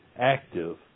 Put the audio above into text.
active